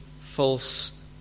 false